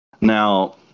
Now